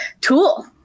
tool